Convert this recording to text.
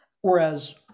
Whereas